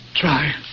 try